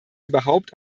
überhaupt